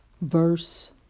verse